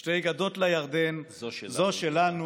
// שתי גדות לירדן: זו שלנו,